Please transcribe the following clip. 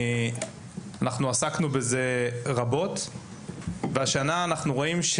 אנחנו עסקנו בזה רבות, והשנה אנחנו רואים,